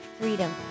freedom